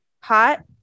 hot